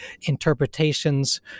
interpretations